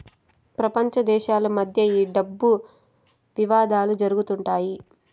ప్రపంచ దేశాల మధ్య ఈ డబ్బు వివాదాలు జరుగుతుంటాయి